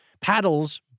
Paddles